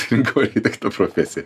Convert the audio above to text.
pasirinkau architekto profesiją